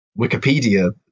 Wikipedia